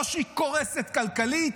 לא שהיא קורסת כלכלית,